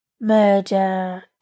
murder